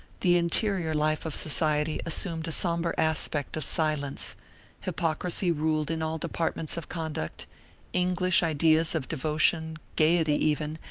the interior life of society assumed a somber aspect of silence hypocrisy ruled in all departments of conduct english ideas of devotion, gaiety even,